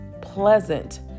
pleasant